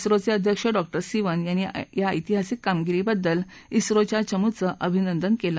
झोचे अध्यक्ष डॉ सिवन यांनी या ऐतिहासीक कामगिरीबद्दल झोच्या चमूचं अभिनंदन केलं